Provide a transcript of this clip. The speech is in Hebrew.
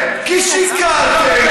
כי שיקרתם,